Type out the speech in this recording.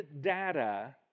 data